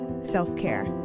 self-care